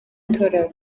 gutora